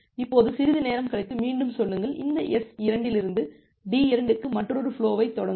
இப்போது சிறிது நேரம் கழித்து மீண்டும் சொல்லுங்கள் இந்த S2 இலிருந்து D2 க்கு மற்றொரு ஃபுலோவைத் தொடங்குங்கள்